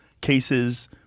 cases